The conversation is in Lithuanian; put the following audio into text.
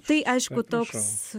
tai aišku toks